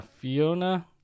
Fiona